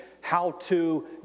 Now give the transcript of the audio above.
how-to